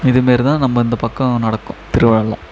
இது மாரிதான் நம்ம இந்த பக்கம் நடக்கும் திருவிழாலாம்